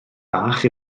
fach